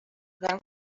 then